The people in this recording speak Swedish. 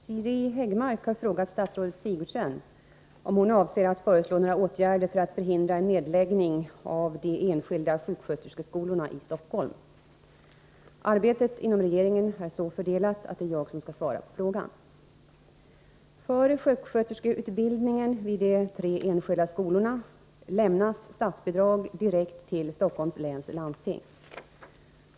Herr talman! Siri Häggmark har frågat statsrådet Sigurdsen om hon avser att föreslå några åtgärder för att förhindra en nedläggning av de enskilda sjuksköterskeskolorna i Stockholm. Arbetet inom regeringen är så fördelat att det är jag som skall svara på frågan. För sjuksköterskeutbildningen vid de tre enskilda skolorna lämnas statsbidrag direkt till Stockholms läns landsting.